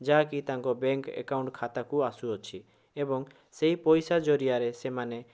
ଯାହାକି ତାଙ୍କ bank account ଖାତାକୁ ଆସୁଅଛି ଏବଂ ସେହି ପଇସା ଜରିଆରେ ସେମାନେ